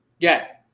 get